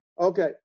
Okay